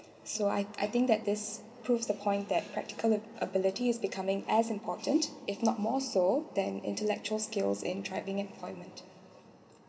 so I I think that this proved the point that practical ab~ ability is becoming as important if not more so than intellectual skills in thriving it for